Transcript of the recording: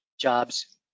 jobs